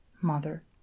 Mother